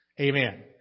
Amen